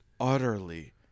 utterly